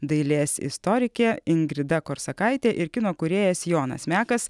dailės istorikė ingrida korsakaitė ir kino kūrėjas jonas mekas